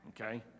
okay